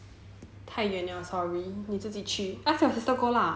太远了 sorry 你自己去 ask your sister go lah